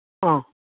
हां